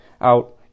out